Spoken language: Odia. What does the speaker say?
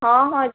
ହଁ ହଁ